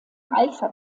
alpha